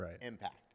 impact